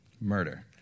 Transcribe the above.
murder